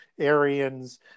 Aryans